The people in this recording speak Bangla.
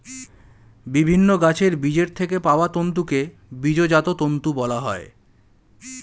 বিভিন্ন গাছের বীজের থেকে পাওয়া তন্তুকে বীজজাত তন্তু বলা হয়